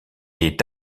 est